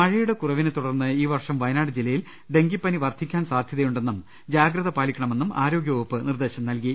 മഴയുടെ കുറവിനെ തുടർന്ന് ഈ വർഷം വയനാട് ജില്ലയിൽ ഡെങ്കിപ്പനി വർധിക്കാൻ സാധ്യതയുണ്ടെന്നും ജാഗ്രത പാലിക്കണ മെന്നും ആരോഗ്യ വകുപ്പ് നിർദേശം നൽകി